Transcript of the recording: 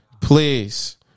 please